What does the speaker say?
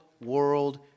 world